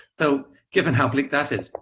so, given how bleak that is,